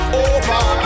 over